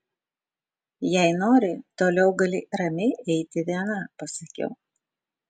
jei nori toliau gali ramiai eiti viena pasakiau